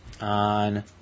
on